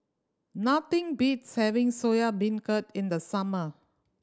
nothing beats having Soya Beancurd in the summer